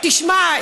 תשמע,